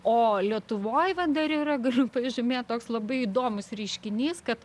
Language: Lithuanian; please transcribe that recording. o lietuvoj va dar yra galiu pažymėt toks labai įdomus reiškinys kad